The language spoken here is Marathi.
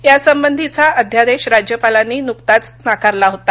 यासंबंधीचा अध्यादेश राज्यपालांनी नुकताचनाकारला होता